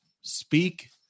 speak